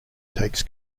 takes